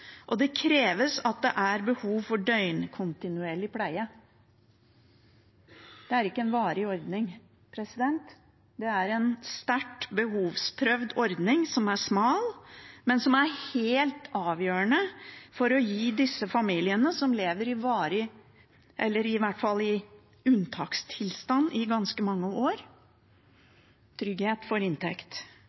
og det kreves at det er behov for døgnkontinuerlig pleie. Det er ikke en varig ordning, det er en sterkt behovsprøvd ordning, som er smal, men som er helt avgjørende for å gi disse familiene, som lever i unntakstilstand i ganske mange år, trygghet for inntekt.